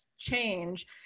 change